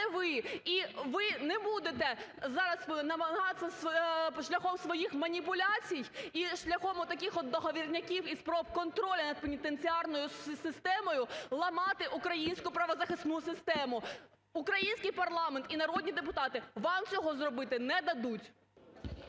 І ви не будете зараз намагатися шляхом своїх маніпуляцій і шляхом таких от договорняків і спроб контролю над пенітенціарною системою ламати українську правозахисну систему. Український парламент і народні депутати вам цього зробити не дадуть!